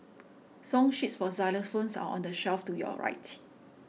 song sheets for xylophones are on the shelf to your